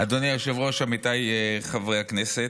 אדוני היושב-ראש, עמיתיי חברי הכנסת,